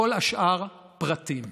כל השאר פרטים.